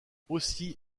aussi